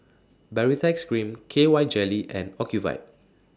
Baritex Cream K Y Jelly and Ocuvite